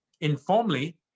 informally